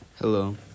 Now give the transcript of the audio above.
Hello